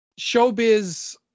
showbiz